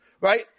right